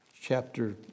chapter